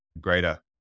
greater